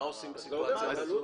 מה עושים בסיטואציה הזאת?